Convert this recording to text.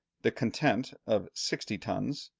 the content, of sixty tons,